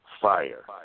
Fire